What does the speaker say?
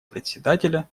председателя